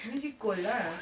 means she's cold lah